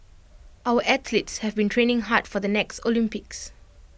our athletes have been training hard for the next Olympics